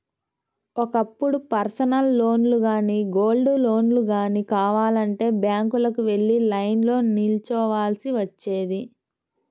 ఒకప్పుడు పర్సనల్ లోన్లు గానీ, గోల్డ్ లోన్లు గానీ కావాలంటే బ్యాంకులకు వెళ్లి లైన్లో నిల్చోవాల్సి వచ్చేది